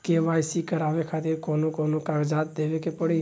KYC करवावे खातिर कौन कौन कागजात देवे के पड़ी?